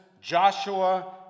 Joshua